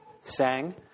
sang